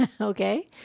Okay